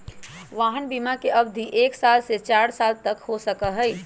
वाहन बिमा के अवधि एक साल से चार साल तक के हो सका हई